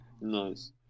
Nice